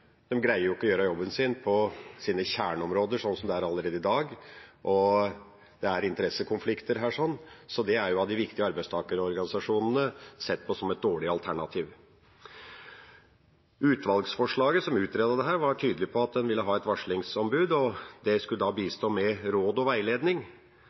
greier jo ikke, slik det er allerede i dag, å gjøre jobben sin på sine kjerneområder. Og det er interessekonflikter her, så det er av de viktige arbeidstakerorganisasjonene sett på som et dårlig alternativ. Varslingsutvalget, som utredet dette, var i sitt forslag tydelig på at de ville ha et varslingsombud, og det skulle